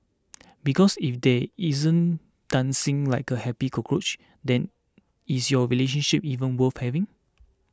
because if they isn't dancing like a happy cockroach then is your relationship even worth having